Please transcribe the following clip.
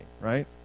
right